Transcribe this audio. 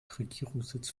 regierungssitz